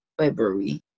February